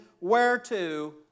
whereto